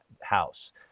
house